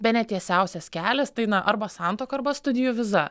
bene tiesiausias kelias tai na arba santuoka arba studijų viza